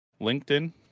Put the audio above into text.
LinkedIn